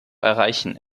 erreichen